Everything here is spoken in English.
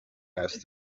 asked